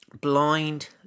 blind